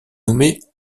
nommée